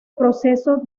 proceso